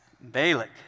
Balak